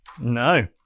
No